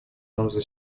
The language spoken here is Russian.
пленарном